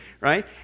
right